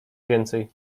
więcej